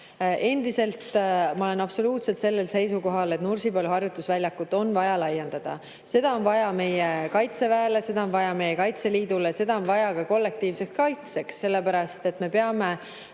Endiselt ma olen absoluutselt sellel seisukohal, et Nursipalu harjutusvälja on vaja laiendada. Seda on vaja meie Kaitseväele, seda on vaja meie Kaitseliidule, seda on vaja ka kollektiivseks kaitseks, sellepärast et me peame